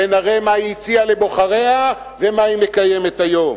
ונראה מה היא הציעה לבוחריה ומה היא מקיימת היום.